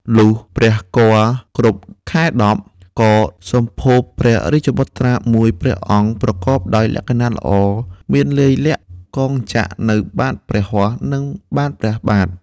លុះព្រះគភ៌គ្រប់ ខែ ១០ ក៏សម្ភពព្រះរាជបុត្រា ១ ព្រះអង្គ ប្រកបដោយលក្ខណៈល្អ មានលាយលក្ខណ៍កងចក្រនៅបាតព្រះហស្តនិងបាតព្រះបាទ ។